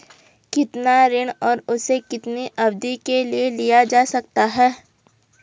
कितना ऋण और उसे कितनी अवधि के लिए लिया जा सकता है?